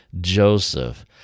Joseph